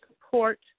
support